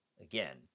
Again